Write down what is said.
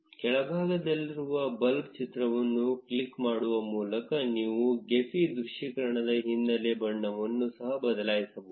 ಕೆಳಭಾಗದಲ್ಲಿರುವ bulb ಚಿತ್ರವನ್ನು click ಮಾಡುವ ಮೂಲಕ ನೀವು ಗೆಫಿ ದೃಶ್ಯೀಕರಣದ ಹಿನ್ನೆಲೆ ಬಣ್ಣವನ್ನು ಸಹ ಬದಲಾಯಿಸಬಹುದು